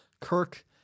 Kirk